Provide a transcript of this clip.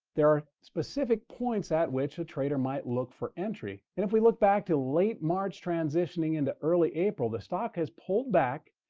there are specific points at which the trader might look for entry. and if we look back to late march transitioning into early april, the stock has pulled back,